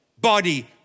body